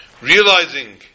realizing